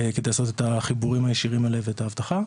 לעשות את החיבורים הישירים עליהם את האבטחה.